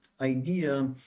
idea